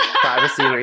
privacy